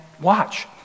watch